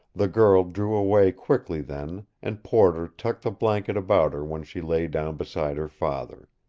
the girl drew away quickly then, and porter tucked the blanket about her when she lay down beside her father.